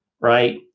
right